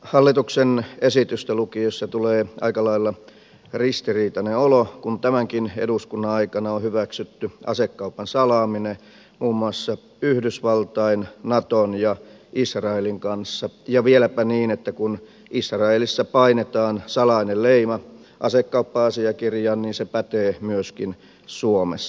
hallituksen esitystä lukiessa tulee aika lailla ristiriitainen olo kun tämänkin eduskunnan aikana on hyväksytty asekaupan salaaminen muun muassa yhdysvaltain naton ja israelin kanssa ja vieläpä niin että kun israelissa painetaan salainen leima asekauppa asiakirjaan niin se pätee myöskin suomessa